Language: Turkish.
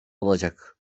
olacak